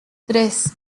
tres